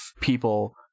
people